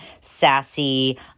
Sassy